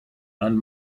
and